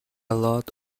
lot